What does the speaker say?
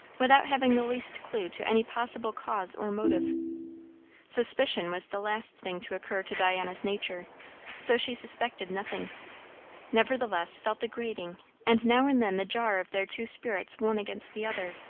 without having the least clue to any possible cause or motive suspicion was the last thing to occur to diana's nature so she suspected nothing nevertheless felt the grating and now and then the jar of their two spirits one against the other.